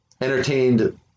entertained